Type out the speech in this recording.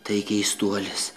tai keistuolis